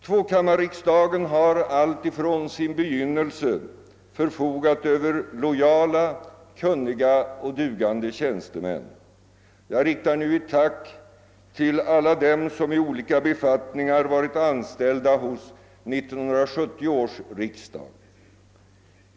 Tvåkammarriksdagen har alltifrån sin begynnelse förfogat över lojala, kunniga och dugande tjänstemän. Jag riktar nu ett tack till alla dem som i olika befattningar varit anställda hos 1970 års riksdag.